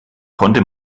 konnte